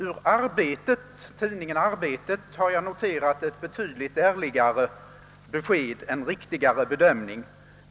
I tidningen Arbetet har jag noterat ett betydligt ärligare besked, en riktigare bedömning.